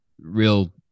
real